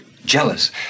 jealous